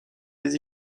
des